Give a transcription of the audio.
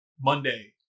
Monday